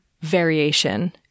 variation